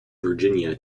virginia